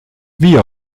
wie